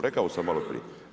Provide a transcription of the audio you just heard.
Rekao sam malo prije.